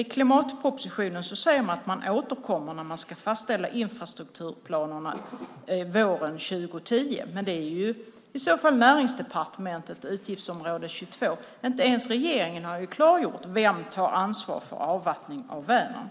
I klimatpropositionen säger man att man återkommer när man ska fastställa infrastrukturplanerna våren 2010. Men det är i så fall Näringsdepartementets utgiftsområde 22. Inte ens regeringen har klargjort vem som tar ansvar för avvattning av Vänern.